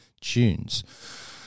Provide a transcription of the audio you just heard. tunes